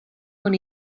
con